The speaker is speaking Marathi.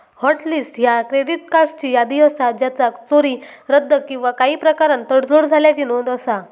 हॉट लिस्ट ह्या क्रेडिट कार्ड्सची यादी असा ज्याचा चोरी, रद्द किंवा काही प्रकारान तडजोड झाल्याची नोंद असा